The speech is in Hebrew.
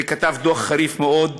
וכתב דוח חריף מאוד,